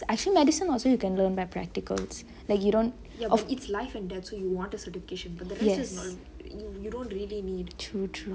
I feel medicine you can also learn by practicals like you don't yes true true